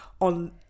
on